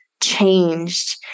changed